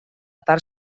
part